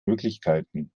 möglichkeiten